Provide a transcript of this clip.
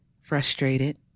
Frustrated